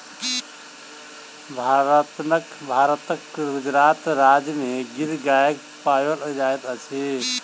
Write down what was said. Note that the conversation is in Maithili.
भारतक गुजरात राज्य में गिर गाय पाओल जाइत अछि